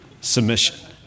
Submission